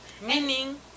Meaning